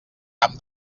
camp